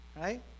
right